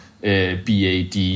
BAD